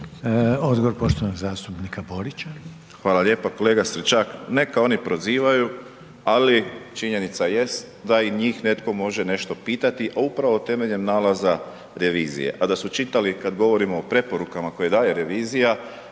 Odgovor poštovanog zastupnika Borića. **Borić, Josip (HDZ)** Hvala lijepa. Kolega Stričak, neka oni prozivaju, ali činjenica jest da i njih netko može nešto pitati, a upravo temeljem nalaza revizije. A da su čitali kad govorimo o preporukama koje daje revizija,